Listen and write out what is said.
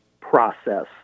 process